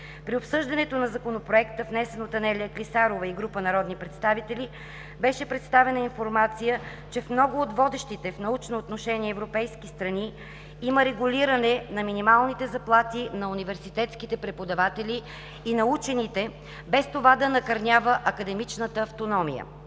При обсъждането на Законопроекта, внесен от Анелия Клисарова и група народни представители, беше представена информация, че в много от водещите в научно отношение европейски страни има регулиране на минималните заплати на университетските преподаватели и на учените, без това да накърнява академичната автономия.